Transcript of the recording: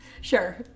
Sure